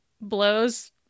blows